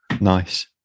Nice